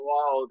Wow